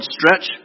Stretch